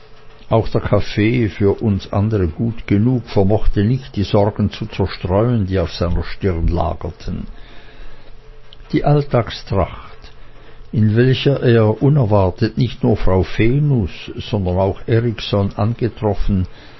auch der kaffee für uns andere gut genug vermochte nicht die sorgen zu zerstreuen die auf seiner stirne lagerten die alltagstracht in welcher er unerwartet nicht nur frau venus sondern auch erikson angetroffen